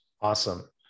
Awesome